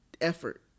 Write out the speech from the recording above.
effort